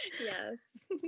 Yes